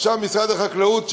עכשיו משרד החקלאות,